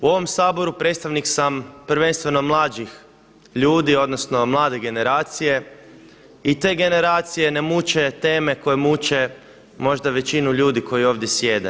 U ovom Saboru predstavnik sam prvenstveno mlađih ljudi, odnosno mlade generacije i te generacije ne muče teme koje muče možda većinu ljudi koji ovdje sjede.